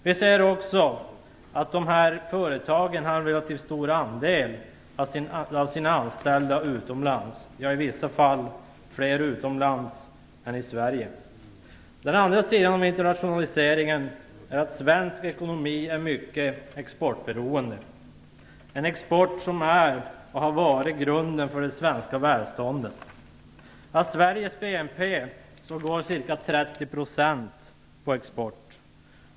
Vi ser också att dessa multinationella företag har en relativt stor andel av sina anställda utomlands, i vissa fall fler utomlands än i Sverige. Den andra sidan av internationaliseringen är att svensk ekonomi är mycket exportberoende, en export som är, och har varit, grunden för det svenska välståndet. Av Sveriges BNP går ca 30 % på export.